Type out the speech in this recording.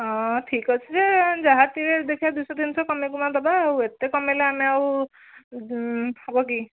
ହଁ ଠିକ୍ଅଛି ଯେ ଯାହା ଟିକିଏ ଦେଖିଆ ଦୁଇଶହ ତିନିଶହ କମେଇକୁମା ଦେବା ଆଉ ଏତେ କମେଇଲେ ଆମେ ଆଉ ହେବ କି